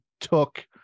took